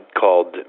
called